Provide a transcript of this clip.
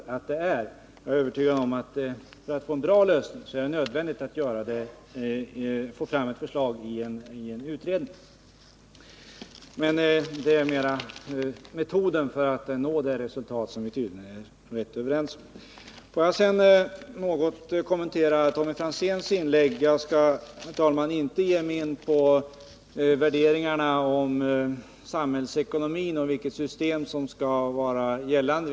Jag är övertygad om att man för att få till stånd en bra lösning måste genomföra en utredning. Detta gällde dock mera metoden för att nå det resultat som vi tydligen är överens om. Får jag sedan något kommentera Tommy Franzéns inlägg. Jag skall, herr talman, inte gå in på värderingarna om samhällsekonomin och om vilket ekonomiskt system som skall vara gällande.